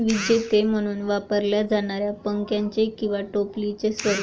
विजेते म्हणून वापरल्या जाणाऱ्या पंख्याचे किंवा टोपलीचे स्वरूप